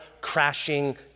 crashing